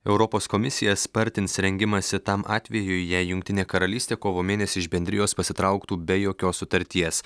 europos komisija spartins rengimąsi tam atvejui jei jungtinė karalystė kovo mėnesį iš bendrijos pasitrauktų be jokios sutarties